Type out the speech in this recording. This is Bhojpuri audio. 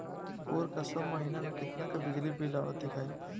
ओर का सब महीना में कितना के बिजली बिल आवत दिखाई